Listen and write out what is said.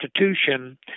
institution